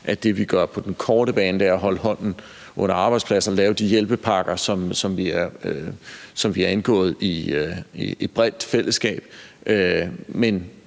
at det, vi gør på den korte bane, er at holde hånden under arbejdspladser og lave de hjælpepakker, som vi har indgået aftale om i et bredt fællesskab,